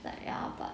but ya but